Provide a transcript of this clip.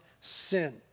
sin